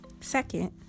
second